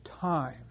time